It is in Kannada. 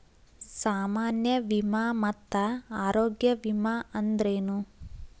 ಸಾಮಾನ್ಯ ವಿಮಾ ಮತ್ತ ಆರೋಗ್ಯ ವಿಮಾ ಅಂದ್ರೇನು?